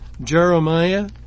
Jeremiah